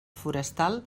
forestal